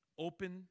Open